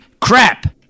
crap